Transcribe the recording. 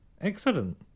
Excellent